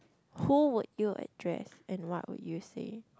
who would you address and what would you say